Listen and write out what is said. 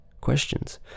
questions